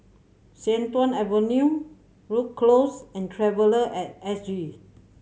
Sian Tuan Avenue Rhu Cross and Traveller At S G